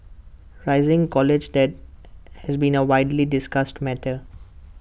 rising college debt has been A widely discussed matter